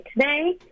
today